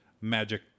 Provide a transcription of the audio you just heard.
magic